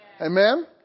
Amen